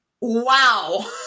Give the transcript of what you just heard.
wow